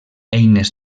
eines